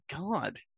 God